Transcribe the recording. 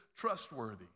trustworthy